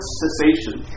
cessation